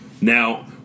Now